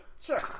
sure